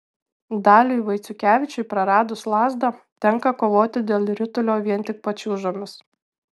daliui vaiciukevičiui praradus lazdą tenka kovoti dėl ritulio vien tik pačiūžomis